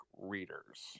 readers